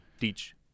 teach